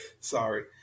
sorry